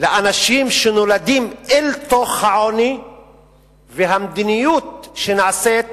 לאנשים שנולדים אל תוך העוני והמדיניות שנעשית